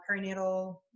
perinatal